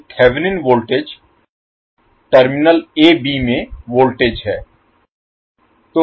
तो Thevenin voltage terminal a b में voltage है